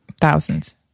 thousands